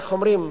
איך אומרים?